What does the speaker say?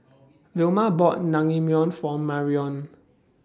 Vilma bought Naengmyeon For Marrion